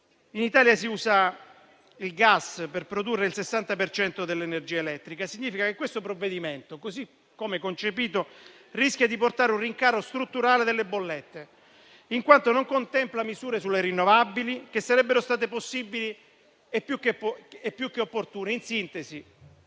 In Italia si usa il gas per produrre il 60 per cento dell'energia elettrica. Ciò significa che questo provvedimento, così come concepito, rischia di portare un rincaro strutturale delle bollette, in quanto non contempla le misure sulle rinnovabili, che sarebbero state possibili e più che opportune.